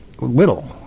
little